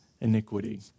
iniquity